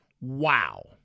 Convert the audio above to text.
Wow